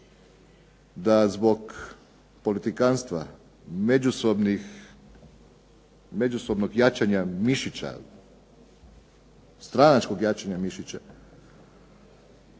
da zbog politikantstva, međusobnog jačanja mišića, stranačkog jačanja mišića,